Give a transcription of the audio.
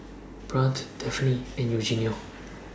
Brant Daphne and Eugenio